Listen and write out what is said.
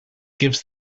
gives